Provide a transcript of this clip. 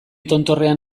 tontorrean